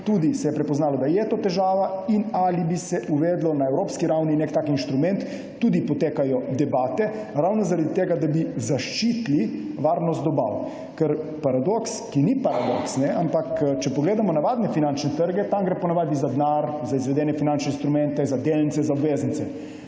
tudi prepoznalo, da je to težava. Ali bi se uvedel na evropski ravni tak inštrument, potekajo tudi debate, zato da bi zaščitili varnost dobav. Ker paradoks, ki ni paradoks, ampak če pogledamo navadne finančne trge, tam gre po navadi za denar, za izvedene finančne inštrumente, za delnice, za obveznice.